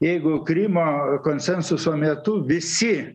jeigu krymo konsensuso metu visi